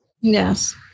Yes